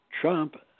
Trump